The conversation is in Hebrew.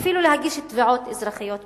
אפילו להגיש תביעות אזרחיות בעניין.